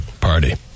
party